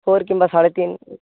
four কিংবা সাড়ে তিন